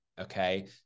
okay